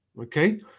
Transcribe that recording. okay